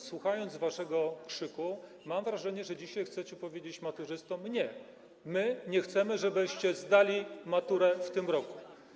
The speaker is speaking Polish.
Słuchając waszego krzyku, mam wrażenie, że dzisiaj chcecie powiedzieć maturzystom: Nie, nie chcemy, żebyście zdali maturę w tym roku.